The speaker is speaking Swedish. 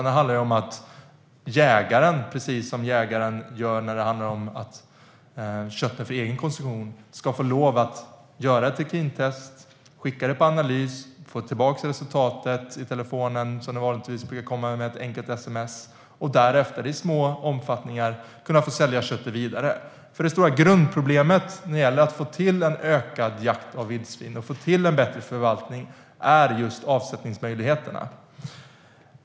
Det handlar om att jägaren, precis som jägaren gör på kött för egen konsumtion, ska få lova att göra ett trikintest, skicka det på analys, få resultatet per telefon - vanligtvis via sms - och därefter i liten omfattning få sälja köttet vidare. Det stora grundproblemet när det gäller att få till ökad jakt av vildsvin och bättre förvaltning är just avsättningsmöjligheterna.